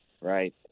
right